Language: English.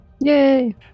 Yay